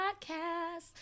podcast